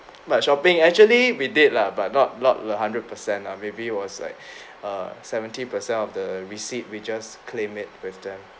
but shopping actually we did lah but not not a hundred percent lah maybe was like err seventy percent of the receipt we just claim it with them